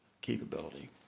capability